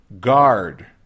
Guard